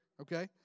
Okay